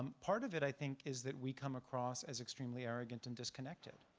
um part of it, i think, is that we come across as extremely arrogant and disconnected.